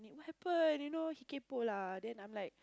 what happen you know he kaypoh lah then I'm like